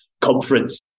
conference